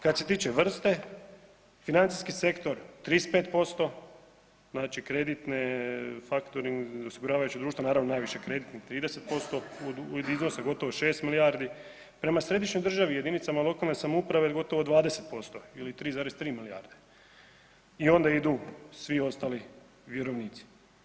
Kad se tiče vrste financijski sektor 35% kreditne, faktoring, osiguravajuća društva naravno najviše kreditnih 30% u iznosu od gotovo 6 milijardi, prema središnjoj državi i jedinicama lokalne samouprave gotovo 20% ili 3,3 milijarde i onda idu svi ostali vjerovnici.